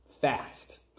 fast